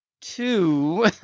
Two